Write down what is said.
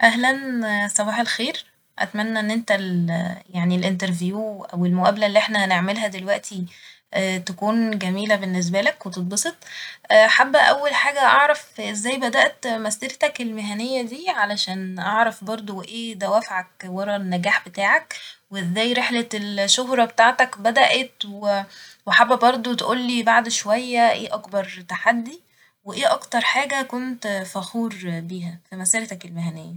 اهلا صباح الخير أتمنى إن انت ال يعني الانترفيو أو المقابلة اللي احنا هنعملها دلوقتي تكون جميلة باللنسبالك وتتبسط حابه أول حاجة أعرف ازاي بدأت مسيرتك المهنية دي علشان أعرف برضه ايه دوافعك ورا النجاح بتاعك واذاي رحلة الشهرة بتاعتك بدأت وحابه برضه تقولي بعد شوية ايه أكبر تحدي وايه أكتر حاجة كنت فخور بيها في مسيرتك المهنية.